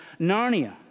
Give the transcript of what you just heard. Narnia